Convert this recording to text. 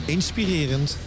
Inspirerend